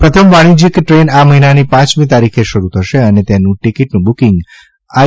પ્રથમ વાણીજયીક ટ્રેન આ મહિનાની પાંચમી તારીખે શરૃ થશે અને તેની ટીકીટનું બુકીંગ આઇ